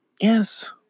Yes